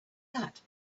that